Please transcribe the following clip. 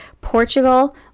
Portugal